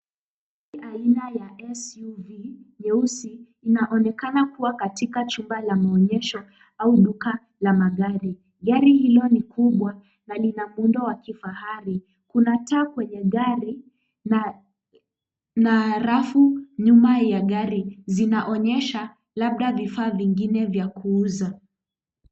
Gari aina ya SUV nyeusi linaonekana kuwa katika chumba cha maonyesho au duka la magari. Gari hilo ni kubwa na lina muundo wa kifahari. Kuna taa kwenye gari na rafu nyuma ya gari linaonyesha labda vifaa vingine vya kuuza.